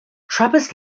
trappers